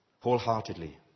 wholeheartedly